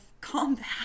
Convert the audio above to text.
combat